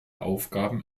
aufgaben